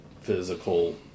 physical